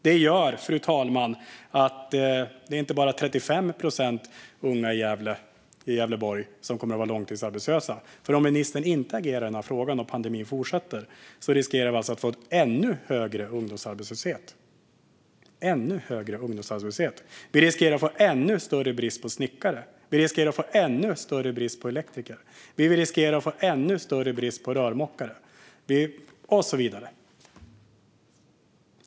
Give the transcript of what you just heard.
Det gör, fru talman, att det inte bara är 35 procent av de unga i Gävleborg som kommer att vara långtidsarbetslösa, för om ministern inte agerar i denna fråga och pandemin fortsätter riskerar vi att få en ännu högre ungdomsarbetslöshet. Vi riskerar att få ännu större brist på snickare, elektriker, rörmokare och så vidare.